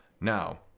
Now